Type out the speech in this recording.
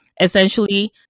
Essentially